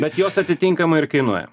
bet jos atitinkamai ir kainuoja